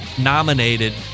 nominated